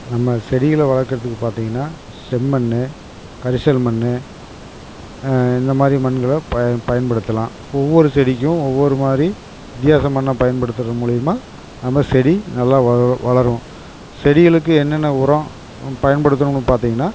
நம்ம செடிகளை வளர்க்குறதுக்கு பார்த்தீங்கனா செம்மண் கரிசல் மண் இந்தமாதிரி மண்களை பயன் பயன்படுத்தலாம் ஒவ்வொரு செடிக்கும் ஒவ்வொரு மாதிரி வித்தியாச மண்ணை பயன்படுத்துறது மூலிமா நம்ம செடி நல்லா வளரும் வளரும் செடிகளுக்கு என்னென்ன உரம் பயன்படுத்துறோம்னு பார்த்தீங்கனா